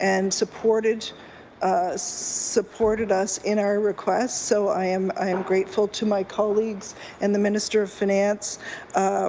and supported supported us in our request so i am i am grateful to my colleagues and the minister of finance